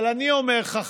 אבל אני אומר לך,